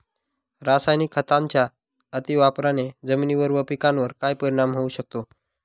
रासायनिक खतांच्या अतिवापराने जमिनीवर व पिकावर काय परिणाम होऊ शकतो?